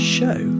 Show